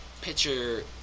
picture